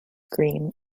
green